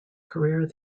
career